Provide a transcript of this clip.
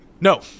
no